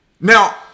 Now